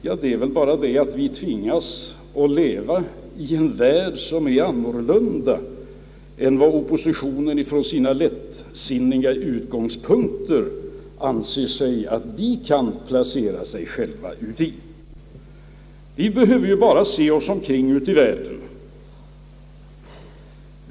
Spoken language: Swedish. Skälet är väl bara det, att vi tvingas att leva i en värld som är annorlunda beskaffad i jämförelse med den som oppositionen från sina lättsinniga utgångspunkter anser att den kan placera sig själv i. Vi behöver bara se oss omkring ute i världen.